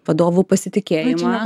vadovų pasitikėjimą